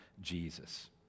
Jesus